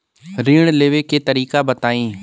ऋण लेवे के तरीका बताई?